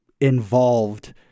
involved